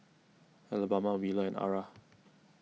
Alabama Wheeler and Arah